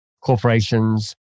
corporations